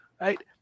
right